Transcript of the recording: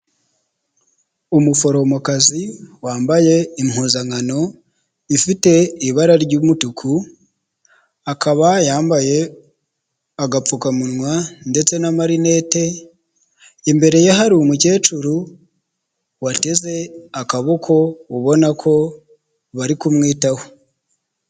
Umuforomokazi wambaye impuzankano ifite ibara ry'umutuku; akaba yambaye agapfukamunwa ndetse n'amarinete; imbere ye hari umukecuru wateze akaboko ubona ko bari kumwitaho.